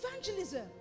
evangelism